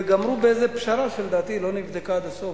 וגמרו באיזה פשרה שלדעתי היא לא נבדקה עד הסוף,